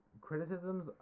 criticisms